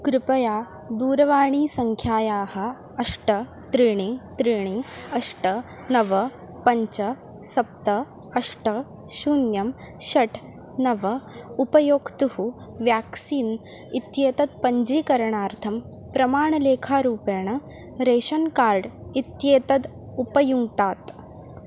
कृपया दूरवाणीसङ्ख्यायाः अष्ट त्रीणि त्रीणि अष्ट नव पञ्च सप्त अष्ट शून्यं षट् नव उपयोक्तुः व्याक्सीन् इत्येतत् पञ्जीकरणार्थं प्रमाणलेखारूपेण रेशन् कार्ड् इत्येतत् उपयुङ्क्तात्